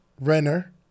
Renner